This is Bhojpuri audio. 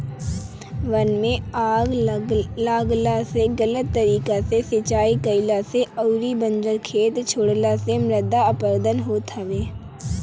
वन में आग लागला से, गलत तरीका से सिंचाई कईला से अउरी बंजर खेत छोड़ला से मृदा अपरदन होत हवे